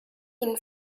ihnen